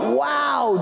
wow